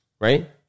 Right